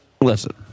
Listen